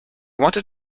wanted